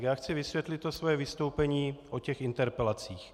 Já chci vysvětlit své vystoupení o interpelacích.